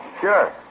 Sure